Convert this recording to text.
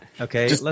Okay